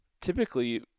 typically